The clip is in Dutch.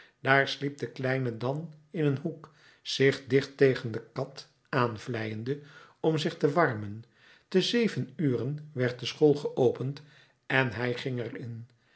daar sliep de kleine dan in een hoek zich dicht tegen de kat aan vlijende om zich te warmen te zeven uren werd de school geopend en hij ging er